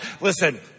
Listen